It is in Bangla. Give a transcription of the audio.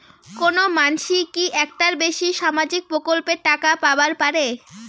কোনো মানসি কি একটার বেশি সামাজিক প্রকল্পের টাকা পাবার পারে?